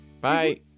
Bye